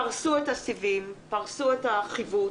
פרסו את הסיבים, פרסו את החיווט.